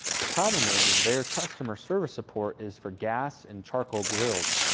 the problem is, is their customer service support is for gas and charcoal grills.